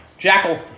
Jackal